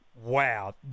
Wow